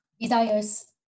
Desires